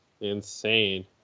insane